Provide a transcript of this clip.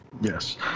Yes